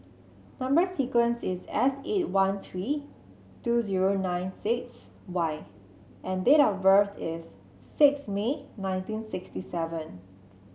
number sequence is S eight one three two zero nine six Y and date of birth is six May nineteen sixty seven